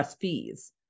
fees